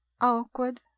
awkward